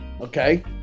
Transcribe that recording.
okay